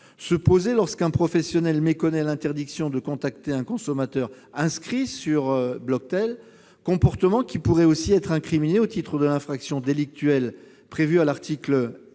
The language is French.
se poser lorsqu'un professionnel méconnaît l'interdiction de contacter un consommateur inscrit sur la liste Bloctel, ce comportement pouvant aussi être incriminé au titre de l'infraction délictuelle punie, à l'article